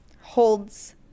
holds